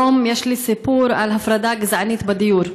היום יש לי סיפור על הפרדה גזענית בדיור.